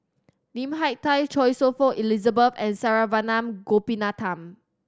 Lim Hak Tai Choy Su Moi Elizabeth and Saravanan Gopinathan